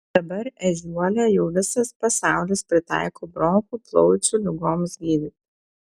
dabar ežiuolę jau visas pasaulis pritaiko bronchų plaučių ligoms gydyti